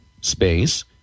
space